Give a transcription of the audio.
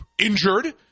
injured